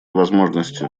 возможностью